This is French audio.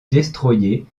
destroyers